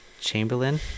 Chamberlain